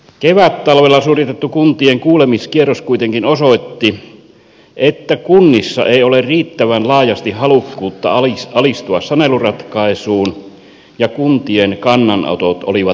kevättalvella suoritettu kuntien kuulemiskierros kuitenkin osoitti että kunnissa ei ole riittävän laajasti halukkuutta alistua saneluratkaisuun ja kuntien kannanotot olivat murskaavia